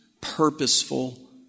purposeful